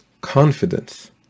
confidence